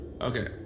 Okay